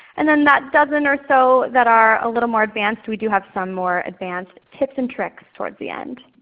and then that dozen or so that are a little bit more advanced we do have some more advanced tips and tricks towards the end.